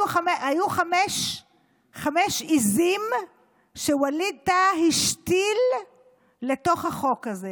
היו חמש עיזים שווליד טאהא השתיל לתוך החוק הזה,